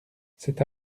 cet